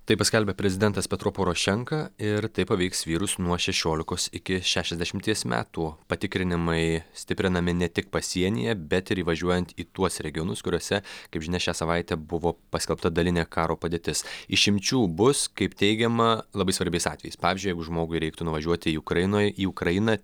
tai paskelbė prezidentas petro porošenka ir tai paveiks vyrus nuo šešiolikos iki šešiasdešimties metų patikrinimai stiprinami ne tik pasienyje bet ir įvažiuojant į tuos regionus kuriuose kaip žinia šią savaitę buvo paskelbta dalinė karo padėtis išimčių bus kaip teigiama labai svarbiais atvejais pavyzdžiui jeigu žmogui reiktų nuvažiuoti į ukrainoje į ukrainą